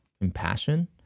compassion